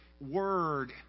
word